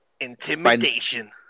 Intimidation